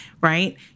right